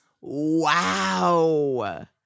Wow